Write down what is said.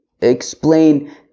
explain